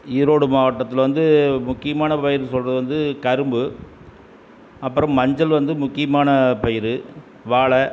ஈரோடு மாவட்டத்தில் வந்து முக்கியமான பயிர் சொல்கிறது வந்து கரும்பு அப்புறம் மஞ்சள் வந்து முக்கியமான பயிர் வாழை